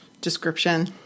description